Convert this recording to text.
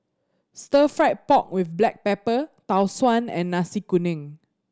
Stir Fried Pork With Black Pepper Tau Suan and Nasi Kuning